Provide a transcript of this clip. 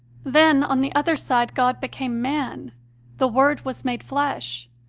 then, on the other side, god became man the word was made flesh.